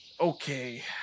Okay